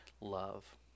love